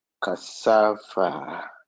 cassava